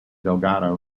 delgado